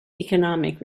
economic